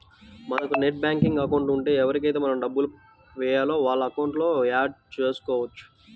మనకు net banking account ఉంటే ఎవరికైతే మనం డబ్బులు వేయాలో వాళ్ళ అకౌంట్లను యాడ్ చేసుకోవచ్చు